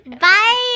Bye